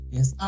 Yes